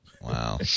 Wow